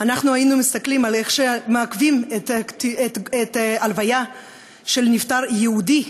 אנחנו היינו מסתכלים על איך שמעכבים את ההלוויה של נפטר יהודי,